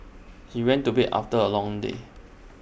he went to bed after A long day